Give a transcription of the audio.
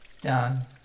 Done